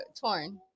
torn